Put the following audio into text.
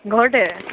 ঘৰতে